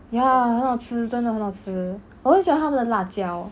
ya 很好吃真的很好吃我很喜欢他们的辣椒